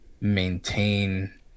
maintain